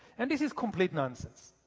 and this is complete nonsense.